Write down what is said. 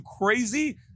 crazy